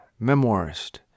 memoirist